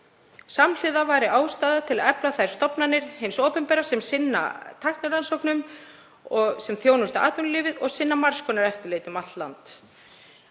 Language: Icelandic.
Samhliða væri ástæða til að efla þær stofnanir hins opinbera sem sinna tæknirannsóknum og þjónusta atvinnulífið og sinna margs konar eftirliti um allt land.